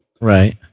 Right